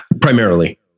Primarily